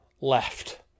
left